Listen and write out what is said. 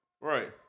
Right